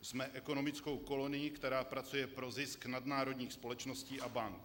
Jsme ekonomickou kolonií, která pracuje pro zisk nadnárodních společností a bank.